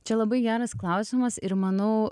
čia labai geras klausimas ir manau